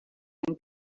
and